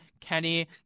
Kenny